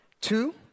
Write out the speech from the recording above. two